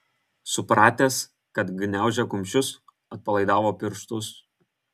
supratęs kad gniaužia kumščius atpalaidavo pirštus